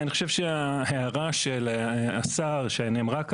ההערה של השר שנאמרה,